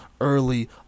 early